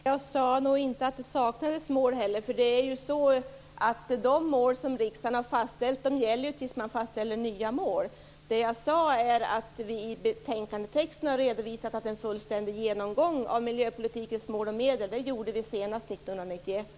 Fru talman! Nej, jag sade nog inte att det saknades mål. De mål som riksdagen har fastställt gäller tills man fastställer nya mål. Det jag sade var att vi i betänkandetexten har redovisat att en fullständig genomgång av miljöpolitikens mål och medel gjordes senast 1991.